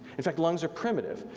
in fact lungs are primitive,